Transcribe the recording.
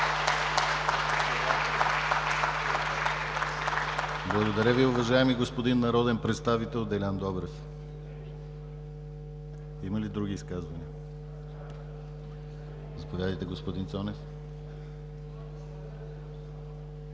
Благодаря Ви, уважаеми господин народен представител Делян Добрев! Има ли други изказвания? Заповядайте, господин Цонев.